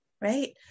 right